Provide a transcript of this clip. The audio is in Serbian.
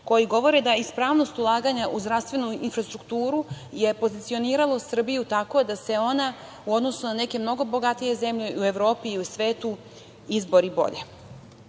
koji govore da ispravnost ulaganja u zdravstvenu infrastrukturu je pozicioniralo Srbiju tako da se ona u odnosu na neke mnogo bogatije zemlje u Evropi i u svetu izbori